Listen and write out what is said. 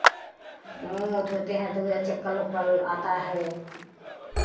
मूँह ऊह धोते हैं तो चक्कर उक्कर आता है